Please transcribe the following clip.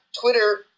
twitter